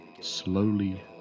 slowly